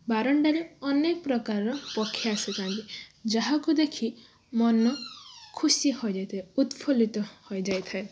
ବାରଣ୍ଡାରେ ଅନେକ ପ୍ରକାର ପକ୍ଷୀ ଆସିଥାନ୍ତି ଯାହାକୁ ଦେଖି ମନ ଖୁସି ହୋଇଯାଇଥାଏ ଉତ୍ଫୁଲ୍ଲିତ ହୋଇଯାଇଥାଏ